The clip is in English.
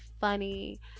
funny